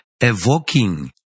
evoking